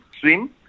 swim